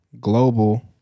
global